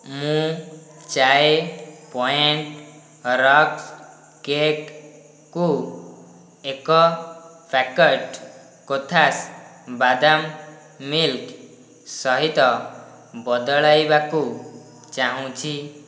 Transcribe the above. ମୁଁ Chai point rusk କେକ୍କୁ ଏକ ପ୍ୟାକେଟ୍ କୋଥାସ୍ ବାଦାମ୍ ମିଲ୍କ୍ ସହିତ ବଦଳାଇବାକୁ ଚାହୁଁଛି